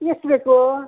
ಎಷ್ಟು ಬೇಕು